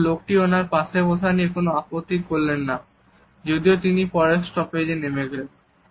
এবং এই লোকটি ওনার পাশে বসা নিয়ে কোন আপত্তি করলেন না যদিও তিনি পরের স্টপেজে নেমে গেলেন